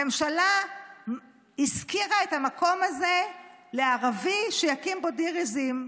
הממשלה השכירה את המקום הזה לערבי שיקים בו דיר עיזים.